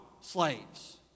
slaves